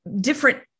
different